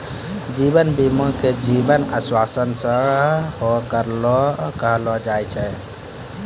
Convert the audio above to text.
जीवन बीमा के जीवन आश्वासन सेहो कहलो जाय छै